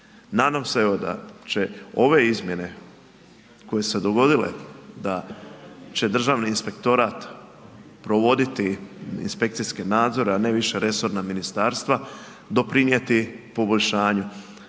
Nadam se evo da će ove izmjene koje su se dogodile, da će Državni inspektorat provoditi inspekcijske nadzore a ne više resorna ministarstva doprinijeti poboljšanju.